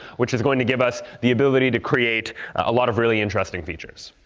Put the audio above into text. which is going to give us the ability to create a lot of really interesting features.